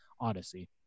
odyssey